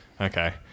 Okay